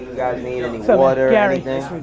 need any so water yeah or anything?